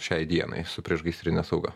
šiai dienai su priešgaisrine sauga